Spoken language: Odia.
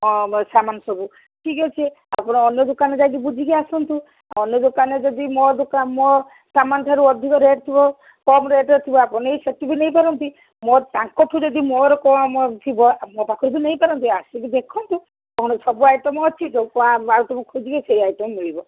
ହଁ ସାମାନ ସବୁ ଠିକ୍ ଅଛି ଆପଣ ଅନ୍ୟ ଦୋକାନରେ ଯାଇକି ବୁଝିକି ଆସନ୍ତୁ ଅନ୍ୟ ଦୋକାନରେ ଯଦି ମୋ ଦୋକାନ ମୋ ସାମାନ ଠାରୁ ଅଧିକ ରେଟ୍ ଥିବ କମ୍ ରେଟ୍ରେ ଥିବ ଆପଣ ନେଇ ସେଇଠୁ ବି ନେଇପାରନ୍ତି ମୋ ତାଙ୍କଠୁ ଯଦି ମୋର କମ୍ ଥିବ ମୋ ପାଖରେ ବି ନେଇପାରନ୍ତି ଆସିକି ଦେଖନ୍ତୁ କ'ଣ ସବୁ ଆଇଟମ୍ ଅଛି ଖୋଜିବେ ସେଇ ଆଇଟମ୍ ମିଳିବ